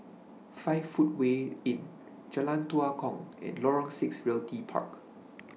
five Footway Inn Jalan Tua Kong and Lorong six Realty Park